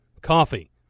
coffee